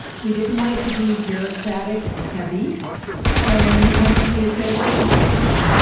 we didn't want it to be bureaucratic and heavy and we wanted to meet accreditation standards.